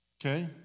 Okay